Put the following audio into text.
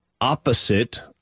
opposite